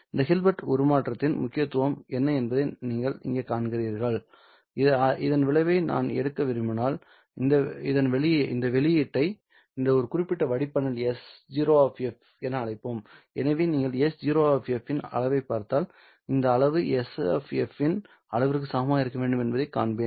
இந்த ஹில்பர்ட் உருமாற்றத்தின் முக்கியத்துவம் என்ன என்பதை நீங்கள் இங்கே காண்கிறீர்கள்இதன் அளவை நான் எடுக்க விரும்பினால் இந்த வெளியீட்டை இந்த குறிப்பிட்ட வடிப்பானின் S0 என அழைப்போம் எனவே நீங்கள் S0 இன் அளவைப் பார்த்தால் அந்த அளவு S இன் அளவிற்கு சமமாக இருக்க வேண்டும் என்பதைக் காண்பேன்